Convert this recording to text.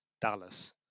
Dallas